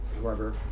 whoever